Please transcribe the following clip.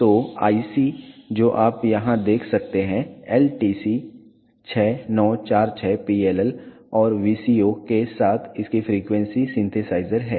तो IC जो आप यहां देख सकते हैं LTC 6946 PLL और VCO के साथ इसकी फ्रीक्वेंसी सिंथेसाइज़र है